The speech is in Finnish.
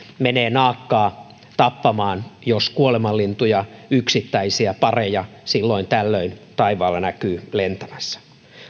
menee naakkaa tappamaan jos kuolemanlintuja yksittäisiä pareja silloin tällöin taivaalla näkyy lentämässä